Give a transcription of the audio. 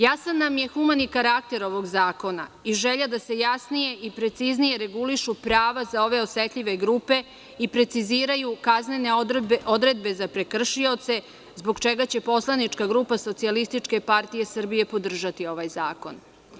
Jasan nam je humani karakter ovog zakona i želja da se jasnije i preciznije regulišu prava za ove osetljive grupe i preciziraju kaznene odredbe za prekršioce, zbog čega će poslanička grupa SPS podržati ovaj zakon.